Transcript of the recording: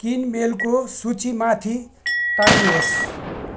किनमेलको सूची माथि तान्नुहोस्